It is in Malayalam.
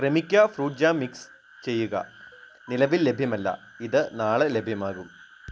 ക്രെമിക്ക ഫ്രൂട്ട് ജാം മിക്സ് ചെയ്യുക നിലവിൽ ലഭ്യമല്ല ഇത് നാളെ ലഭ്യമാകും